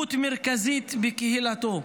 דמות מרכזית בקהילתו,